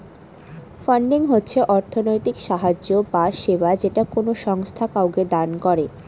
funding হচ্ছে অর্থনৈতিক সাহায্য বা সেবা যেটা কোনো সংস্থা কাউকে দান করে